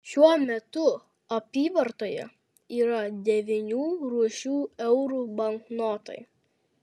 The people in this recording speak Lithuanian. šiuo metu apyvartoje yra devynių rūšių eurų banknotai